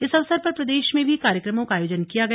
इस अवसर पर प्रदेश में भी कार्यक्रमों का आयोजन किया गया